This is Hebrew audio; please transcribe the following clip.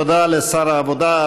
תודה לשר העבודה,